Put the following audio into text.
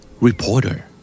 reporter